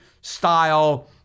style